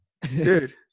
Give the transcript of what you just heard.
Dude